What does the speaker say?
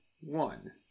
one